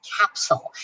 capsule